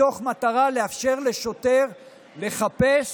מתוך מטרה לאפשר לשוטר לחפש